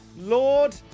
Lord